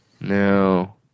No